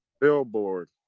Billboard